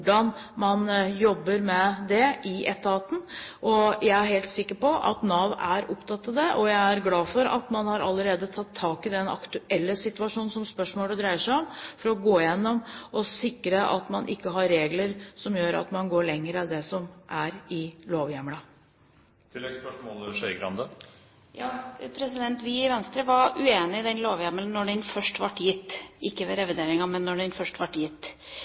man jobber med det. Jeg er helt sikker på at Nav er opptatt av det, og jeg er glad for at man allerede har tatt tak i den aktuelle situasjonen som spørsmålet dreier seg om, for å gå igjennom og sikre at man ikke har regler som gjør at man går lenger enn det som ligger i lovhjemmelen. Vi i Venstre var uenig i den lovhjemmelen alt da den ble gitt, ikke først ved